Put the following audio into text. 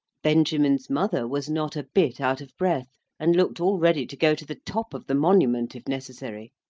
benjamin's mother was not a bit out of breath, and looked all ready to go to the top of the monument if necessary.